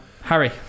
Harry